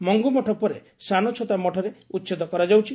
ମଙ୍ଗୁମଠ ପରେ ସାନଛତା ମଠରେ ଉଛେଦ କରାଯାଉଛି